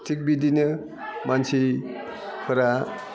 थिग बिदिनो मानसिफोरा